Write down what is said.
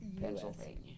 Pennsylvania